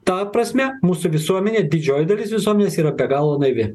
ta prasme mūsų visuomenė didžioji dalis visomis yra be galo naivi